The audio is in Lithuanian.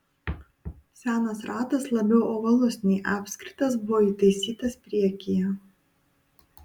senas ratas labiau ovalus nei apskritas buvo įtaisytas priekyje